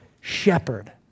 shepherd